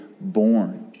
born